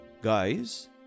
Guys